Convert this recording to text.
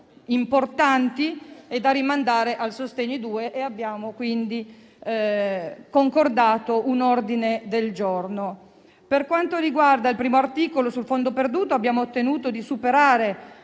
importanti e da rimandare al decreto sostegni-*bis*, per le quali abbiamo quindi concordato un ordine del giorno. Per quanto riguarda il primo articolo, sul fondo perduto, abbiamo ottenuto di superare